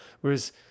whereas